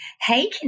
Hey